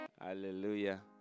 Hallelujah